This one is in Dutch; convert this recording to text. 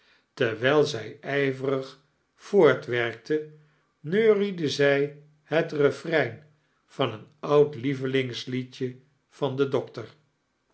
tarwijl zij ijverig voortwerkte neuriede zij heit reffaredn van een oud lievelingisliedj van detn dokter